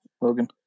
Logan